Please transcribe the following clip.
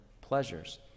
pleasures